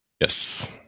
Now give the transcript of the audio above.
Yes